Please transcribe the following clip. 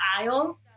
aisle